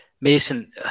Mason